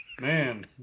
Man